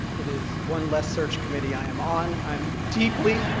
it is one less search committee i am on. i am deeply